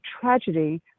tragedy